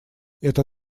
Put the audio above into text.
это